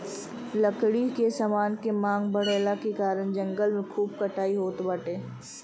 लकड़ी के समान के मांग बढ़ला के कारण जंगल के खूब कटाई होत बाटे